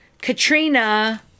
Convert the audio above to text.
Katrina